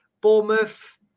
Bournemouth